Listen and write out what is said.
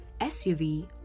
SUV